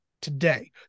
today